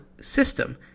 system